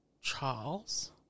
Charles